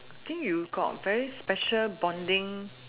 think you got very special bonding